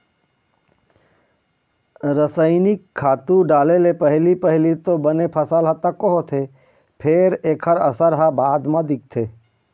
रसइनिक खातू डाले ले पहिली पहिली तो बने फसल तको होथे फेर एखर असर ह बाद म दिखथे